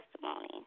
testimony